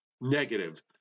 negative